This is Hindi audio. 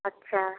अच्छा